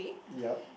yep